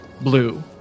blue